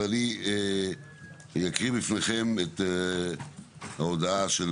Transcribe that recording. אז אני יקריא בפניכם את ההודעה של